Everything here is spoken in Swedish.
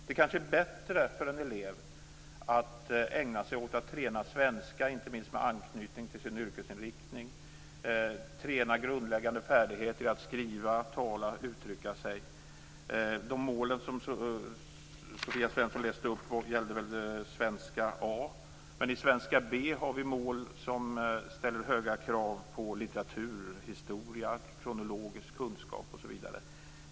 Det kanske är bättre för en elev att ägna sig åt att träna svenska inte minst med anknytning till yrkespraktiken, att träna grundläggande färdigheter i att skriva, tala och uttrycka sig. De mål som Sofia Jonsson läste upp gällde svenska A, men i svenska B finns mål som ställer höga krav på litteraturhistoria, kronologisk kunskap osv.